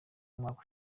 umwaka